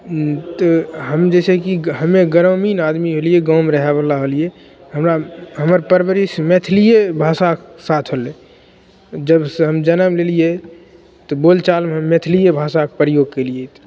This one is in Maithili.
तऽ जइसेकि हमे ग्रामीण आदमी भेलिए गाममे रहैवला होलिए हमरा हमर परवरिश मैथिलिए भाषाके साथ होलै जबसे जनम लेलिए तऽ बोलचालमे मैथिलिए भाषाके प्रयोग केलिए